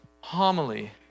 homily